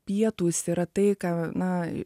pietūs yra tai ką na